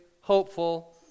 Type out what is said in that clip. hopeful